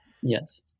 Yes